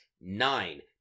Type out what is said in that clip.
nine